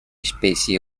especie